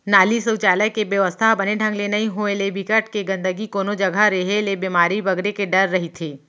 नाली, सउचालक के बेवस्था ह बने ढंग ले नइ होय ले, बिकट के गंदगी कोनो जघा रेहे ले बेमारी बगरे के डर रहिथे